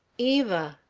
eva